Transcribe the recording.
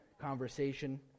conversation